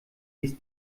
ließ